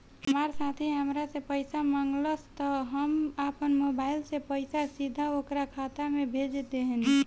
हमार साथी हामरा से पइसा मगलस त हम आपना मोबाइल से पइसा सीधा ओकरा खाता में भेज देहनी